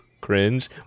cringe